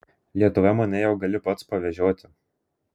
lietuvoje mane jau gali pats pavežioti